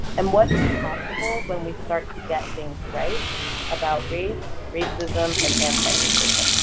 and what is possible when we start to get things right about race, racism, and anti racism?